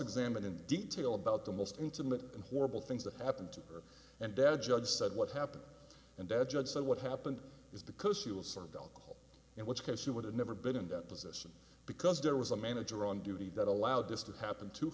examined in detail about the most intimate and horrible things that happened to her and dad judge said what happened and dad judge said what happened is because she was served alcohol in which case she would have never been in that position because there was a manager on duty that allowed this to happen to